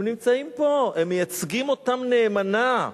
הם נמצאים פה, הם מייצגים אותם נאמנה.